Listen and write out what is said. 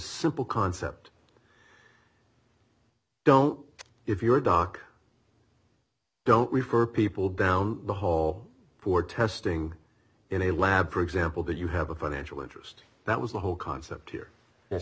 simple concept don't if your doc don't refer people down the hall for testing in a lab for example that you have a financial interest that was the whole concept here